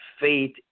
faith